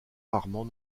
rarement